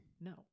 No